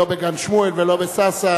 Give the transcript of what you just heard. לא בגן-שמואל ולא בסאסא,